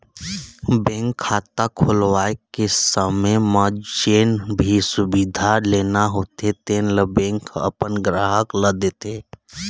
bank खाता खोलवाए के समे म जेन भी सुबिधा लेना होथे तेन ल बेंक ह अपन गराहक ल देथे